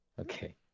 Okay